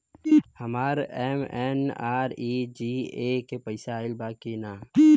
हमार एम.एन.आर.ई.जी.ए के पैसा आइल बा कि ना?